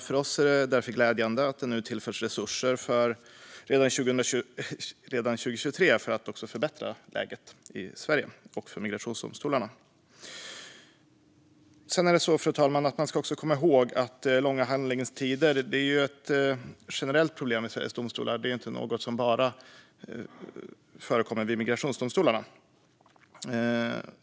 För oss är det därför glädjande att det nu tillförs resurser redan 2023 för att förbättra läget i Sverige och för migrationsdomstolarna. Fru talman! Man ska också komma ihåg att långa handläggningstider är ett generellt problem i Sveriges domstolar. Det är inte någonting som bara förekommer vid migrationsdomstolarna.